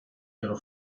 ihre